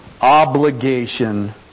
Obligation